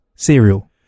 cereal